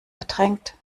ertränkt